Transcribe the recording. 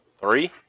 Three